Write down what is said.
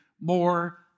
more